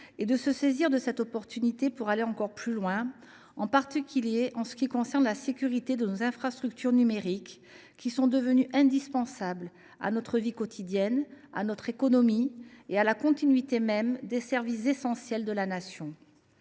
devons saisir cette occasion pour aller encore plus loin, en particulier en matière de sécurité de nos infrastructures numériques, devenues indispensables à notre vie quotidienne, à notre économie et à la continuité même des services essentiels de la Nation.